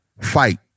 fight